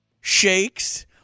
shakes